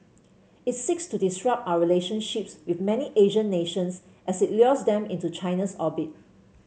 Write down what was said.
it seeks to disrupt our relationships with many Asian nations as it lures them into China's orbit